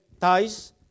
ties